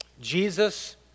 Jesus